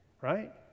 right